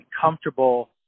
comfortable